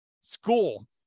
school